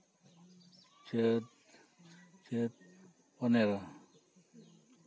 ᱪᱟᱹᱛ ᱪᱟᱹᱛ ᱯᱚᱱᱮᱨᱚ